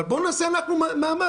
אבל בואו נעשה כולנו מאמץ,